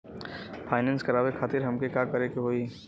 Finance करावे खातिर हमें का करे के होई?